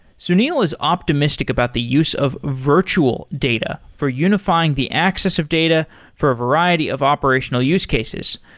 sunil is optimistic about the use of virtual data for unifying the access of data for a variety of operational use cases.